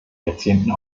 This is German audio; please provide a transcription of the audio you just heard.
jahrzehnten